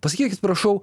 pasakykit prašau